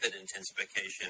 intensification